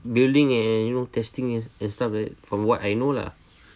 building and you know testing and stuff like that from what I know lah